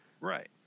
Right